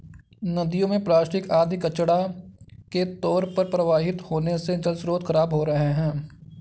नदियों में प्लास्टिक आदि कचड़ा के तौर पर प्रवाहित होने से जलस्रोत खराब हो रहे हैं